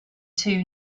two